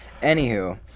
Anywho